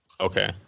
Okay